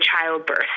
childbirth